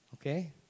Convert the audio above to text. Okay